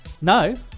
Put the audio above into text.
No